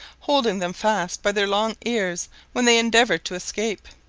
holding them fast by their long ears when they endeavoured to escape.